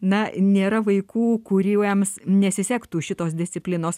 na nėra vaikų kuriems nesisektų šitos disciplinos